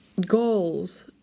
goals